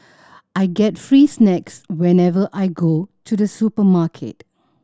I get free snacks whenever I go to the supermarket